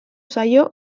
zaio